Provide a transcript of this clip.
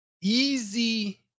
easy